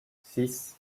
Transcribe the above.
six